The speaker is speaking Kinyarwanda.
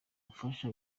ubufasha